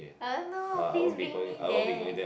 I don't know please bring me there